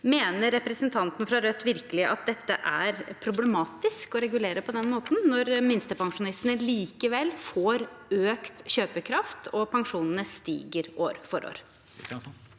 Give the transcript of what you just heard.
Mener representanten fra Rødt virkelig at det er problematisk å regulere på den måten, når minstepensjonistene likevel får økt kjøpekraft og pensjonene stiger år for år?